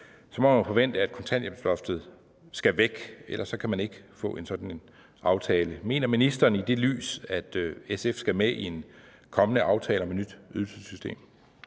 må man forvente, at kontanthjælpsloftet skal væk – ellers kan man ikke få sådan en aftale. Mener ministeren i det lys, at SF skal med i en kommende aftale om et nyt ydelsessystem?